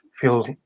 feels